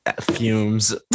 fumes